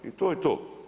I to je to.